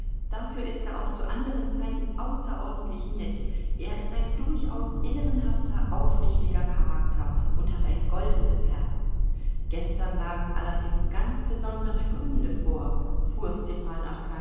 dafür ist er auch zu anderen zeiten außerordentlich nett er ist ein durchaus ehrenhafter aufrichtiger charakter und hat ein goldenes herz gestern lagen allerdings ganz besondere gründe vor fuhr stepan